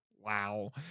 Wow